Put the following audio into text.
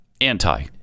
anti